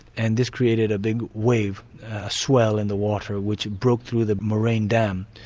and this created a big wave, a swell in the water, which broke through the moraine dam.